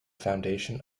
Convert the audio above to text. foundation